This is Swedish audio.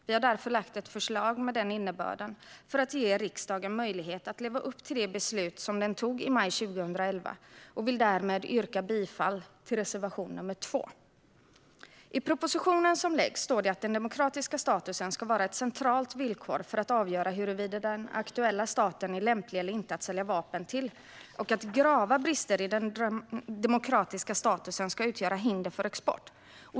Vi har därför lagt fram ett förslag med denna innebörd för att ge riksdagen möjlighet att leva upp till det beslut som den tog i maj 2011. Jag vill härmed yrka bifall till reservation 2. I propositionen som läggs fram står att den demokratiska statusen ska vara ett centralt villkor för att avgöra huruvida den aktuella staten är lämplig eller inte att sälja vapen till och att grava brister i den demokratiska statusen ska utgöra hinder för export.